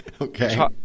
okay